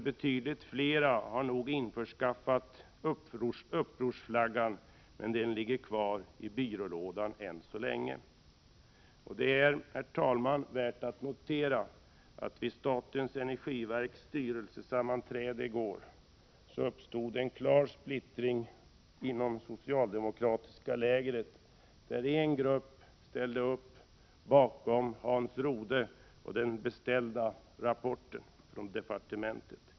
Betydligt fler har nog skaffat upprorsflaggan, men den ligger kvar i byrålådan än så länge. Det är, herr talman, värt att notera att det vid det styrelsesammanträde ' som statens energiverk hade i går uppstod en klar splittring inom det socialdemokratiska lägret. En grupp ställde upp bakom Hans Rode och den beställda rapporten från departementet.